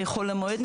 בחול המועד,